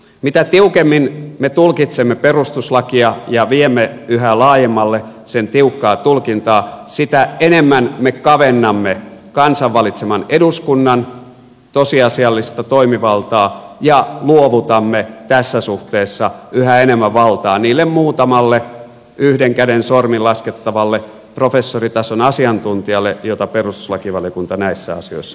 mitä tiukemmin me tulkitsemme perustuslakia ja viemme yhä laajemmalle sen tiukkaa tulkintaa sitä enemmän me kavennamme kansan valitseman eduskunnan tosiasiallista toimivaltaa ja luovutamme tässä suhteessa yhä enemmän valtaa niille muutamalle yhden käden sormin laskettavalle professoritason asiantuntijalle joita perustuslakivaliokunta näissä asioissa kuulee